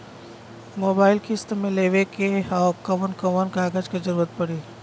Mobile किस्त मे लेवे के ह कवन कवन कागज क जरुरत पड़ी?